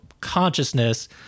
consciousness